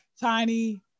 Tiny